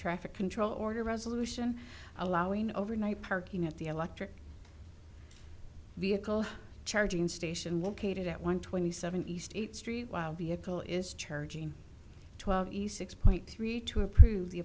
traffic control order resolution allowing overnight parking at the electric vehicle charging station located at one twenty seven east eighth street while vehicle is charging twelve east six point three to approve the